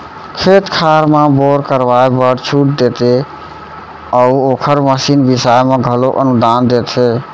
खेत खार म बोर करवाए बर छूट देते अउ ओखर मसीन बिसाए म घलोक अनुदान देथे